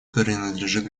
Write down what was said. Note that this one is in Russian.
принадлежит